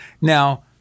Now